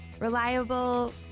reliable